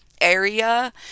area